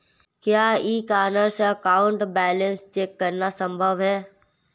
क्या e corner से account balance check करना संभव है?